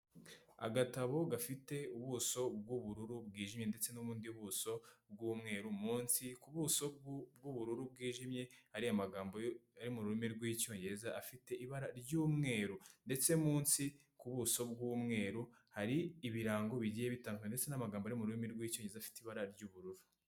Agatabo gafite ubuso bw'ubururu bwijimye ndetse n'ubundi buso bw'umweru munsi ku buso bw'ubururu bwijimye hari amagambo yo mu rurimi rw'icyongereza afite ibara ry'umweru ndetse munsi ku buso bw'umweru hari ibirango bigiye bitandukanye ndetse n'amagambo ari mu rurimi rw'icyongereza afite ibara ry'ubururu.